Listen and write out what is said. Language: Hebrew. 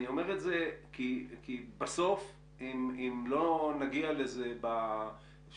אני אומר את זה כי בסוף אם לא נגיע לזה שיחידת